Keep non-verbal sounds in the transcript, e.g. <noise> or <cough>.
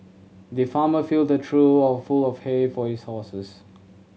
the farmer filled a trough <unintelligible> of hay for his horses